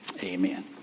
Amen